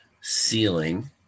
ceiling